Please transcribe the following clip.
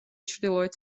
ჩრდილოეთ